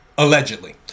Allegedly